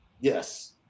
Yes